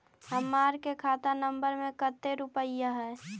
हमार के खाता नंबर में कते रूपैया है?